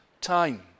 time